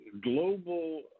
global